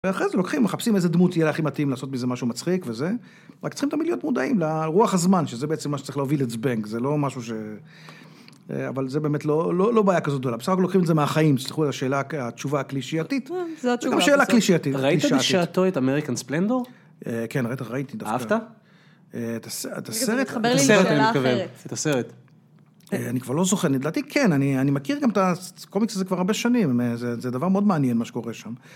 ואחרי זה לוקחים, מחפשים איזה דמות תהיה לה הכי מתאים לעשות מזה משהו מצחיק וזה. רק צריכים תמיד להיות מודעים, לרוח הזמן, שזה בעצם מה שצריך להוביל את זבנג, זה לא משהו ש... אבל זה באמת לא בעיה כזאת גדולה, בסדר, בסך הכל לוקחים את זה מהחיים, תסלחו לי על השאלה, התשובה הקלישיאתית. זה גם שאלה קלישיאתית, קלישיאתית. ראית בשעתו את אמריקן ספלנדור? כן, הרי, ראיתי דווקא. אהבת? את הסרט, את הסרט אני מקווה. את הסרט. אני כבר לא זוכר, לדעתי כן, אני מכיר גם את הקומיקס הזה כבר הרבה שנים, זה דבר מאוד מעניין מה שקורה שם.